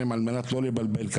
סובל.